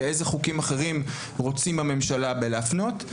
לאיזה חוקים אחרים רוצים בממשלה להפנות?